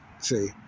See